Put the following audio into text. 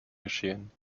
geschehen